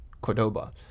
Cordoba